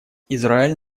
израиль